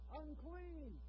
unclean